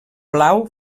blau